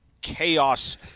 chaos